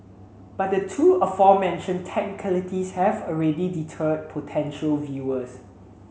but the two aforementioned technicalities have already deterred potential viewers